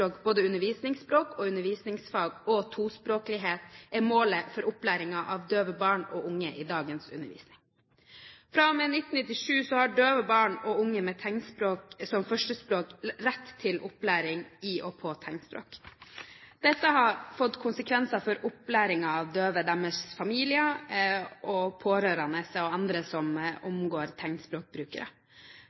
undervisningsspråk og undervisningsfag, og tospråklighet målet for opplæringen av døve barn og unge» i dagens undervisning. Fra og med 1997 har døve barn og unge med tegnspråk som førstespråk rett til opplæring i og på tegnspråk. Dette har fått konsekvenser for opplæringen av døve, deres familier og pårørende og andre som omgås tegnspråkbrukere.